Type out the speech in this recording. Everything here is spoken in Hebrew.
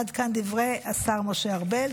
עד כאן דברי השר משה ארבל.